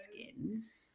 skins